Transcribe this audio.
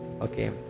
Okay